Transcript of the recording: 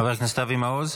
חבר הכנסת אבי מעוז,